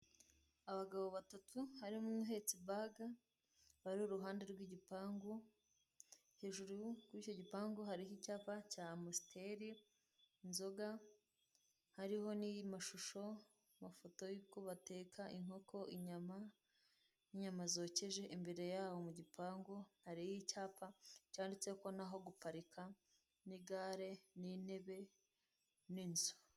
Abagabo batatu harimo n'uhetse igikapu(bag) bar'iruhande rw'igipangu hejuru yicyo gipangu hari icyapa cya amusiteri inzoga, hariho n'amashusho ,amafoto yuko bateka inyama zokeje, imbere y'aho mu gipangu hari icyapa cyanditseho ko ntaho guparika igare, intebe n'inzu.